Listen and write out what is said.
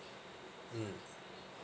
mm